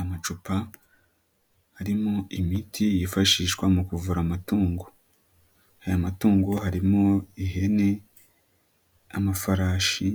Amacupa arimo imiti yifashishwa mu kuvura amatungo. Aya matungo harimo ihene, amafarashi,